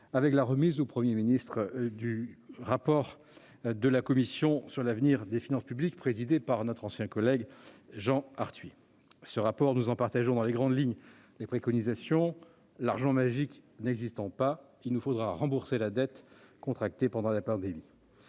avec la remise au Premier ministre du rapport de la commission sur l'avenir des finances publiques, présidée par notre ancien collègue Jean Arthuis, dont nous partageons, dans les grandes lignes, les préconisations. « L'argent magique » n'existant pas, il nous faudra rembourser la dette contractée pendant la pandémie.